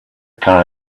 car